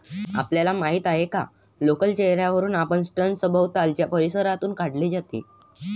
आपल्याला माहित आहे का लोकर चेहर्यावरून आणि स्तन सभोवतालच्या परिसरातून काढले जाते